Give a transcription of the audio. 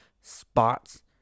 spots